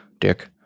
Dick